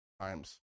times